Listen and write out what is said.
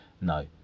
no